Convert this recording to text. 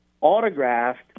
autographed